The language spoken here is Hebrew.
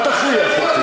אל תכריח אותי.